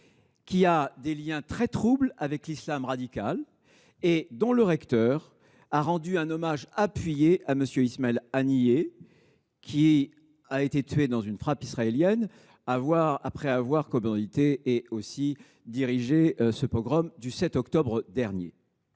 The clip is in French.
qui a des liens très troubles avec l’islam radical et dont le recteur a rendu un hommage appuyé à M. Ismaël Haniyeh, tué dans une frappe israélienne après avoir commandité et dirigé le pogrom du 7 octobre 2023.